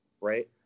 right